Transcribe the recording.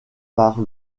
par